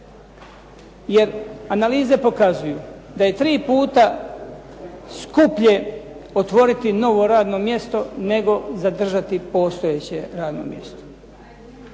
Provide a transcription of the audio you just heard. Jer analize pokazuju da je tri puta skuplje otvoriti novo radno mjesto nego zadržati postojeće radno mjesto.